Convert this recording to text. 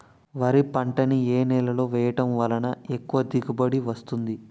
వరి పంట ని ఏ నేలలో వేయటం వలన ఎక్కువ దిగుబడి వస్తుంది?